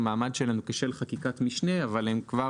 המעמד שלהן כשל חקיקת משנה אבל הן כבר